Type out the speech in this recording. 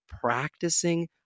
Practicing